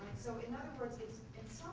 so in other words,